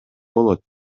болот